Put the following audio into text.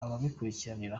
ababikurikiranira